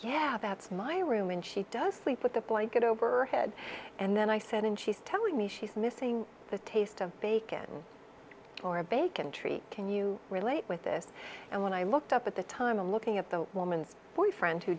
yeah that's my room and she does sleep with the blanket over her head and then i said and she's telling me she's missing the taste of bacon or a bacon treat can you relate with this and when i looked up at the time i'm looking at the woman's boyfriend who